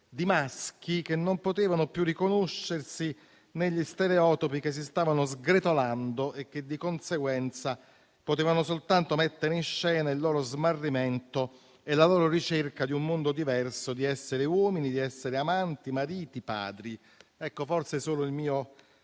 di maschi che non potevano più riconoscersi negli stereotipi che si stavano sgretolando e che, di conseguenza, potevano soltanto mettere in scena il loro smarrimento e la loro ricerca di un modo diverso di essere uomini, di essere amanti, mariti, padri. Ecco, forse solo il mio